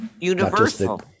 Universal